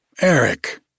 Eric